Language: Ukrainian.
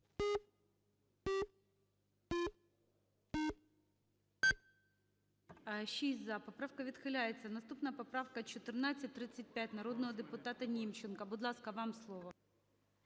За-6 Поправка відхиляється. Наступна поправка – 435, народного депутата Німченка. Будь ласка, вам слово.